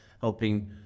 helping